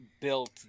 built